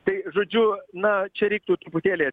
tai žodžiu na čia reiktų truputėlį